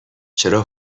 چرا